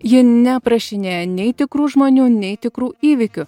ji neaprašinėja nei tikrų žmonių nei tikrų įvykių